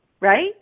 right